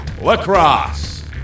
Lacrosse